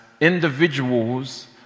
individuals